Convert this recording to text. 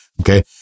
Okay